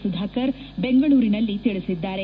ಸುಧಾಕರ್ ಬೆಂಗಳೂರಿನಲ್ಲಿ ತಿಳಿಸಿದ್ದಾರೆ